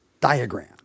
diagram